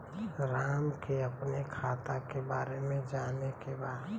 राम के अपने खाता के बारे मे जाने के बा?